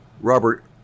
robert